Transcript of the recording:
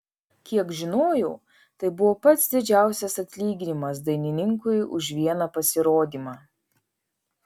kiek žinojau tai buvo pats didžiausias atlyginimas dainininkui už vieną pasirodymą